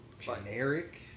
generic